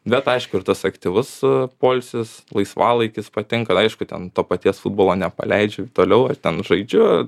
bet aišku ir tas aktyvus poilsis laisvalaikis patinka aišku ten to paties futbolo nepaleidžiu toliau ir ten žaidžiu